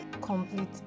complete